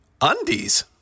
undies